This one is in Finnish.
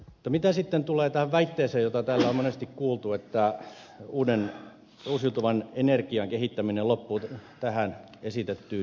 mutta mitä sitten tulee tähän väitteeseen jota täällä on monesti kuultu että uusiutuvan energian kehittäminen loppuu tähän esitettyyn ydinvoimapäätökseen